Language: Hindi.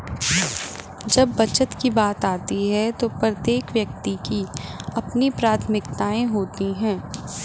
जब बचत की बात आती है तो प्रत्येक व्यक्ति की अपनी प्राथमिकताएं होती हैं